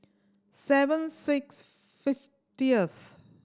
seven six fiftieth